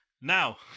now